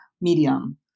medium